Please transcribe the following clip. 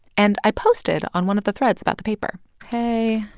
and i posted on one of the threads about the paper. hey,